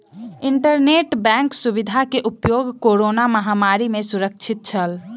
internet bank सुविधा के उपयोग कोरोना महामारी में सुरक्षित छल